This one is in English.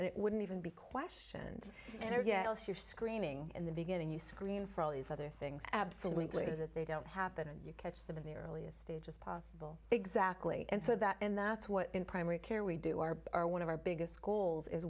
and it wouldn't even be questioned and i guess your screening in the beginning you screen for all these other things absolutely that they don't happen and you catch them in the earliest stages possible exactly and so that and that's what in primary care we do our our one of our biggest goals is